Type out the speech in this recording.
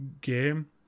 Game